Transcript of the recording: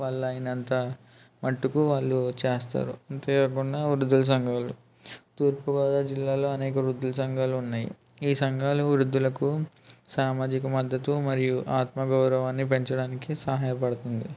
వల్ల అయినంత మట్టుకు వాళ్ళు చేస్తారు అంతే కాకుండా వృద్ధుల సంఘం వారు తూర్పుగోదావరి జిల్లాలో అనేక వృద్ధుల సంఘాలున్నాయి ఈ సంఘాలు వృద్ధులకు సామాజిక మద్దతు మరియు ఆత్మ గౌరవాన్ని పెంచడానికి సహాయపడుతుంది